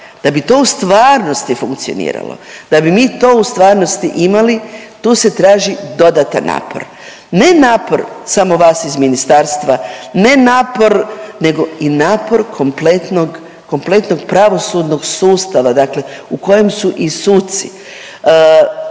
da bi to u stvarnosti funkcioniralo, da bi mi to u stvarnosti imali tu se traži dodatan napor. Ne napor samo vas iz ministarstva ne napor nego i napor kompletnog, kompletnog pravosudnog sustava dakle u kojem su i suci